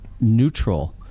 neutral